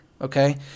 okay